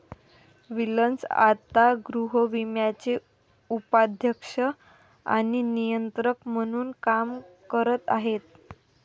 Wilson आता गृहविम्याचे उपाध्यक्ष आणि नियंत्रक म्हणून काम करत आहेत